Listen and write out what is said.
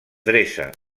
dreça